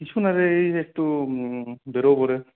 কিছু না রে এই যে একটু বেরবো রে